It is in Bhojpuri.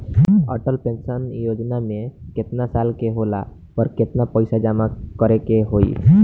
अटल पेंशन योजना मे केतना साल के होला पर केतना पईसा जमा करे के होई?